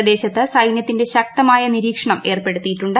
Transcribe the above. പ്രദേശത്ത് സൈന്യത്തിന്റെ ശക്തമായി നിരീക്ഷണം ഏർപ്പെടുത്തിയിട്ടുണ്ട്